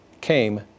came